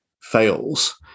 fails